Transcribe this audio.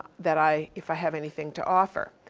that i, if i have anything to offer.